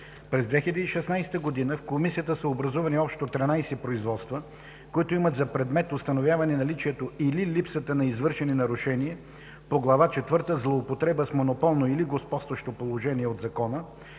През 2016 г. в Комисията са образувани общо 13 производства, които имат за предмет установяване наличието или липсата на извършени нарушения по Глава четвърта „Злоупотреба с монополно или господстващо положение“ от Закона,